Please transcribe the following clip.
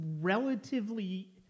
relatively